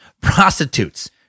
Prostitutes